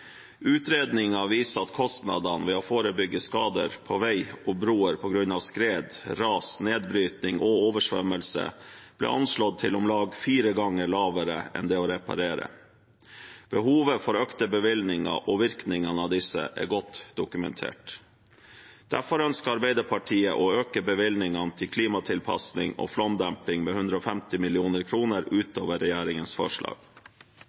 Utredningen viser at kostnadene ved å forebygge skader på vei og broer på grunn av skred, ras, nedbrytning og oversvømmelse blir anslått til om lag fire ganger lavere enn kostnadene ved å reparere. Behovet for økte bevilgninger og virkningene av disse er godt dokumentert. Derfor ønsker Arbeiderpartiet å øke bevilgningene til klimatilpasning og flomdemping med 150 mill. kr utover regjeringens forslag.